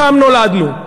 שם נולדנו.